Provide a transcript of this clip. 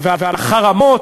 ועל החרמות,